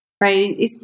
right